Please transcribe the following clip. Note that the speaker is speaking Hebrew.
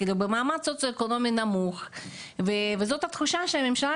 במעמד סוציו-אקונומי נמוך וזו התחושה שהממשלה